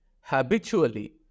habitually